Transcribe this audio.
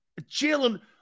Jalen